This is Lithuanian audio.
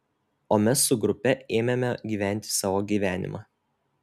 o mes su grupe ėmėme gyventi savo gyvenimą